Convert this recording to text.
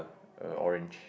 err orange